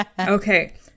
Okay